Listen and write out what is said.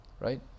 Right